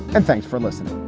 and thanks for listening